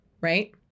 right